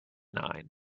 nine